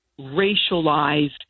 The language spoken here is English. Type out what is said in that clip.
racialized